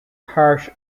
harsh